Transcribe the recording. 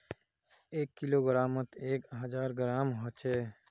एक किलोग्रमोत एक हजार ग्राम होचे